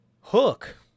Hook